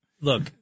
Look